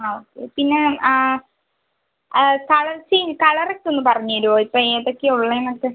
ആ ഓക്കേ പിന്നെ colour theme colour ഒക്കെ ഒന്ന് പറഞ്ഞ് തരുവോ ഇപ്പോൾ ഏതൊക്കെയാണ് ഉള്ളത് എന്നൊക്കെ